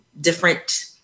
different